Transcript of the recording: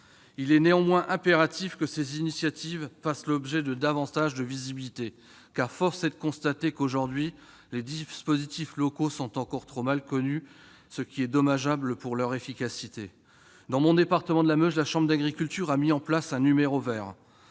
Il est néanmoins impératif que ces initiatives fassent l'objet de davantage de visibilité : force est de constater que, aujourd'hui, les dispositifs locaux sont encore trop mal connus, ce qui est dommageable pour leur efficacité. Dans mon département, la Meuse, la chambre d'agriculture a mis en place un numéro vert